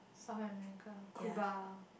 Southern America Cuba